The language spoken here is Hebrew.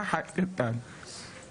יש